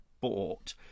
bought